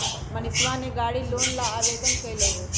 मनीषवा ने गाड़ी लोन ला आवेदन कई लय है